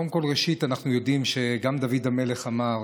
קודם כול, אנחנו יודעים שגם דוד המלך אמר: